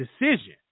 decision